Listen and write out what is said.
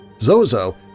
Zozo